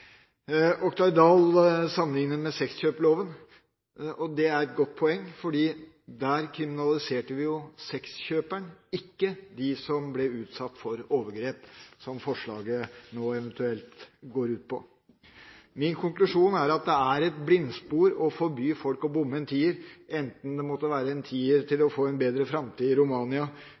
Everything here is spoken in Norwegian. Oktay Dahl sammenligner med sexkjøploven, og det er et godt poeng. Der kriminaliserte vi jo sexkjøperen, ikke dem som ble utsatt for overgrep – som forslaget nå eventuelt går ut på. Min konklusjon er at det er et blindspor å forby folk å bomme en tier, enten det måtte være en tier for å få en bedre framtid i Romania,